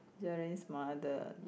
Joyce's mother